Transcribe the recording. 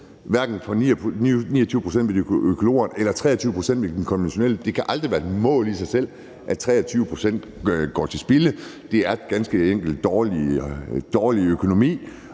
tallet er 29 pct. for de økologiske eller 23 pct. for de konventionelle. Det kan aldrig være et mål i sig selv, at 23 pct. går til spilde. Det er ganske enkelt dårlig økonomi.